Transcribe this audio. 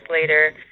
later